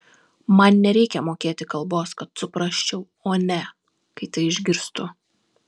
man nereikia mokėti kalbos kad suprasčiau o ne kai tai išgirstu